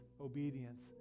obedience